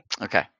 Okay